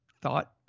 thought